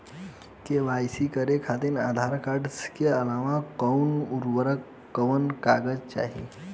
KYC करे खातिर Aadhaar card के अलावा आउरकवन कवन कागज चाहीं?